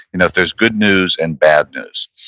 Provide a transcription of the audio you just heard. you know if there's good news and bad news,